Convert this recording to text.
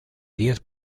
diez